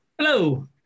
hello